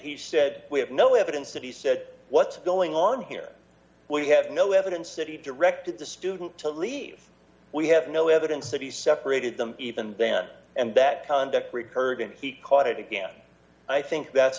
he said we have no evidence that he said what's going on here we have no evidence that he directed the student to leave we have no evidence that he separated them even then and that conduct recurred and he caught it again i think that's